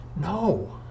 No